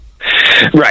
Right